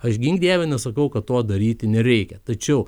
aš gink dieve nesakau kad to daryti nereikia tačiau